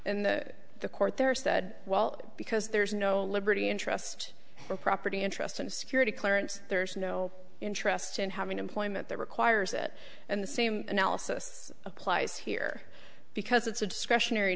and the the court there said well because there's no liberty interest or property interest and security clearance there's no interest in having employment that requires it and the same analysis applies here because it's a discretionary